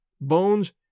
bones